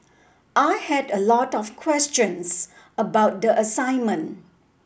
I had a lot of questions about the assignment